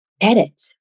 edit